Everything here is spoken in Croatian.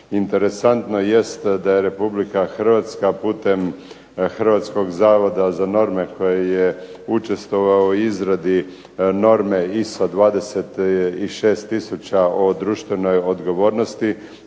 Interesantno jest da je Republike Hrvatska putem Hrvatskog zavoda za norme koji je učestvovao u izradi norme ISO 26000 o društvenoj odgovornosti